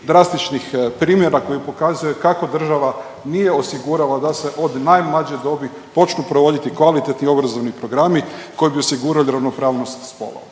drastičnih primjera koji pokazuje kako država nije osigurala da se od najmlađe dobi počnu provoditi kvalitetni obrazovni programi koji bi osigurali ravnopravnost spolova.